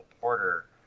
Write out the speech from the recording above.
Porter